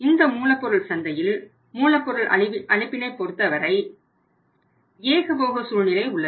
இந்த மூலப்பொருள் சந்தையில் மூலப்பொருள் அளிப்பினை பொருத்தவரை ஏகபோக சூழ்நிலை உள்ளது